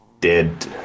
dead